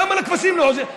למה לכבשים לא עושים את זה?